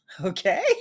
Okay